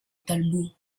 talbot